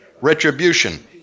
retribution